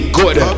good